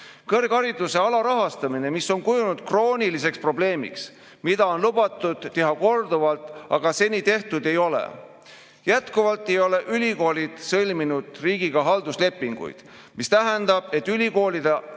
Kõrghariduse alarahastamine, mis on kujunenud krooniliseks probleemiks, mida on lubatud [lahendada] korduvalt, aga seni tehtud ei ole. Jätkuvalt ei ole ülikoolid sõlminud riigiga halduslepinguid, mis tähendab, et ülikoole